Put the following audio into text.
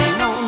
no